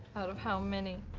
out of how many?